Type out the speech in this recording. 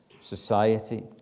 society